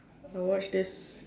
I watched this